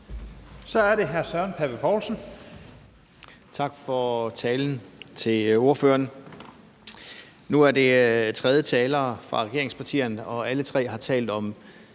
Kl. 11:54 Søren Pape Poulsen (KF): Tak til ordføreren for talen. Nu er det tredje taler fra regeringspartierne, og alle tre har talt om